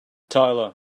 tyler